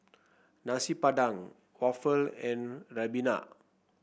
Nasi Padang waffle and ribena